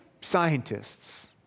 scientists